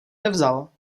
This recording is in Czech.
nevzal